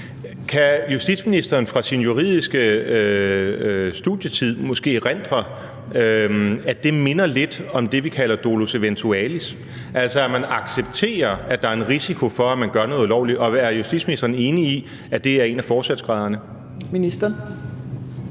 Kan justitsministeren fra sin juridiske studietid måske erindre, at det minder lidt om det, vi kalder dolus eventualis, altså at man accepterer, at der er en risiko for, at man gør noget ulovligt? Og er justitsministeren enig i, at det er en af fortsætsgraderne? Kl.